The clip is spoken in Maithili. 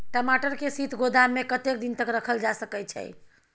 टमाटर के शीत गोदाम में कतेक दिन तक रखल जा सकय छैय?